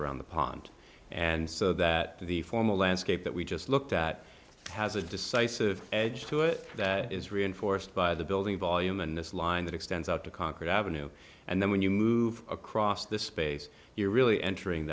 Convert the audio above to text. around the pond and so that the formal landscape that we just looked at has a decisive edge to it that is reinforced by the building volume and this line that extends out to concord ave and then when you move across the space you're really entering